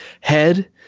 Head